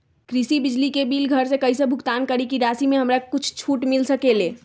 कृषि बिजली के बिल घर से कईसे भुगतान करी की राशि मे हमरा कुछ छूट मिल सकेले?